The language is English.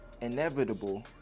inevitable